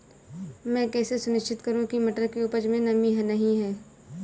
मैं कैसे सुनिश्चित करूँ की मटर की उपज में नमी नहीं है?